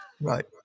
Right